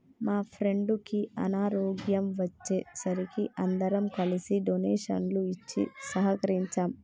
మా ఫ్రెండుకి అనారోగ్యం వచ్చే సరికి అందరం కలిసి డొనేషన్లు ఇచ్చి సహకరించాం